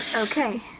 Okay